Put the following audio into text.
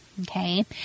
Okay